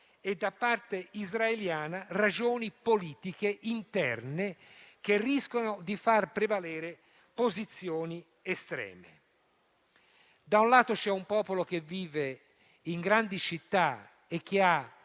e da parte israeliana, ragioni politiche interne che riescono a far prevalere posizioni estreme. Da un lato, c'è un popolo che vive in grandi città, che ha